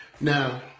Now